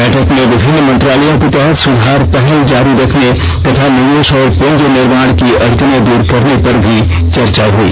बैठक में विभिन्न मंत्रालयों के तहत सुधार पहल जारी रखने तथा निवेश और पूंजी निर्माण की अडचनें दूर करने पर भी चर्चा हुई